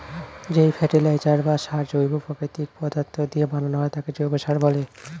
যেই ফার্টিলাইজার বা সার জৈব প্রাকৃতিক পদার্থ দিয়ে বানানো হয় তাকে জৈব সার বলে